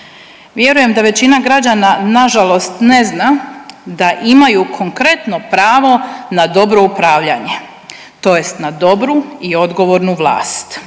Vjerujem da većina građana nažalost ne zna da imaju konkretno pravo na dobro upravljanje, tj. na dobru i odgovornu vlast.